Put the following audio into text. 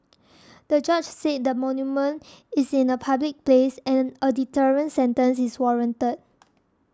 the judge said the monument is in a public place and a deterrent sentence is warranted